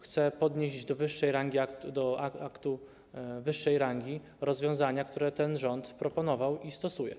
chce przenieść do aktu wyższej rangi rozwiązania, które ten rząd zaproponował i stosuje.